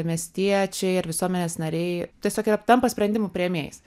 miestiečiai ir visuomenės nariai tiesiog yra tampa sprendimų priėmėjais